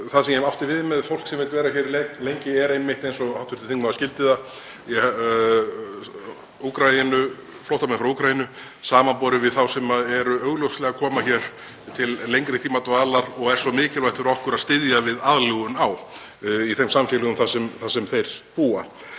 Það sem ég átti við með fólki sem vill vera hér lengi er einmitt eins og hv. þingmaður skildi það flóttamenn frá Úkraínu samanborið við þá sem eru augljóslega að koma hér til lengri tíma dvalar og er svo mikilvægt fyrir okkur að styðja við aðlögun á í þeim samfélögum þar sem þeir búa.